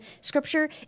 scripture